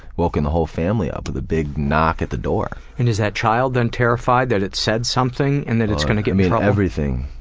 woken the whole family up with a big knock at the door. and is that child then terrified that it said something and that it's gonna get in trouble? everything.